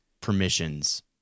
permissions